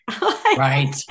Right